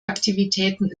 aktivitäten